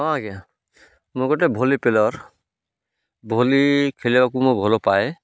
ହଁ ଆଜ୍ଞା ମୁଁ ଗୋଟେ ଭଲି ପ୍ଲେୟର୍ ଭଲି ଖେଳିବାକୁ ମୁଁ ଭଲ ପାଏ